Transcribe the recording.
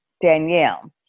Danielle